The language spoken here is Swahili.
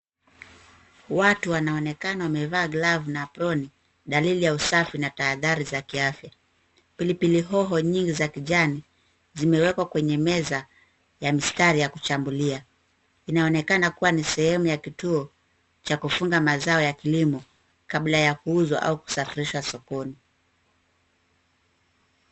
Watu wanaonekana wamevaa glavu na aproni dalili ya usafi na tahadhari za kiafya. Pilipili hoho nyingi za kijani zimewekwa kwenye meza ya mistari ya kuchambulia. Inaonekana kuwa ni sehemu ya kituo cha kufunga mazao ya kilimo kabla ya kuuzwa au kusafirishwa sokoni.